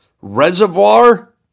reservoir